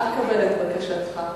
אני אקבל את בקשתך.